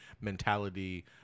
mentality